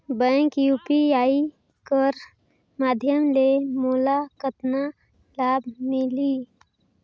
Bank UPI कर माध्यम ले मोला कतना लाभ मिली?